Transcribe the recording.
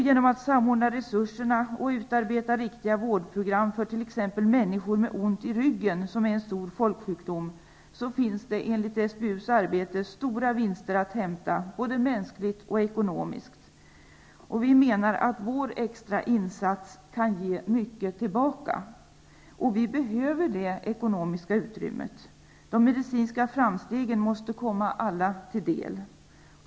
Genom att samordna resurserna och utarbeta riktiga vårdprogram för t.ex. människor med ont i ryggen, vilket är en stor folksjukdom, finns det enligt SBU:s arbete stora vinster att hämta, både mänskligt och ekonomiskt. Vi menar att vår extra insats kan ge mycket tillbaka, och vi behöver det ekonomiska utrymmet. De medicinska framstegen måste komma alla till del.